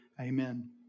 Amen